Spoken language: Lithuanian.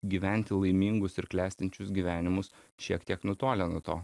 gyventi laimingus ir klestinčius gyvenimus šiek tiek nutolę nuo to